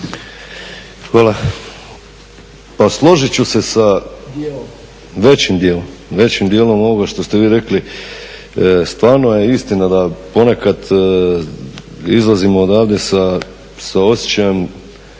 Hvala. Pa složit ću se sa većim dijelom ovoga što ste vi rekli. Stvarno je istina da ponekad izlazimo odavde sa osjećajem